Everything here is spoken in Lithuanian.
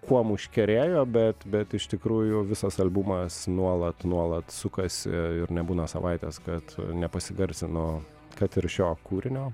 kuom užkerėjo bet bet iš tikrųjų visas albumas nuolat nuolat sukasi ir nebūna savaitės kad nepasigarsinu kad ir šio kūrinio